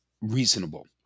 reasonable